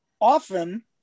often